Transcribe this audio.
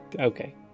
Okay